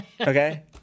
Okay